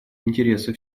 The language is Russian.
интересы